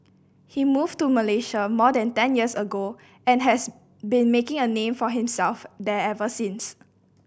he moved to Malaysia more than ten years ago and has been making a name for himself there ever since